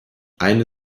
eine